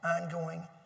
ongoing